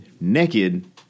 naked